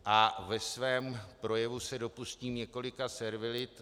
A ve svém projevu se dopustím několika servilit.